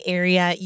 area